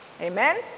Amen